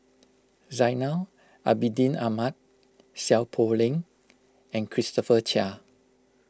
Zainal Abidin Ahmad Seow Poh Leng and Christopher Chia